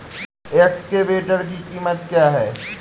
Excavator की कीमत क्या है?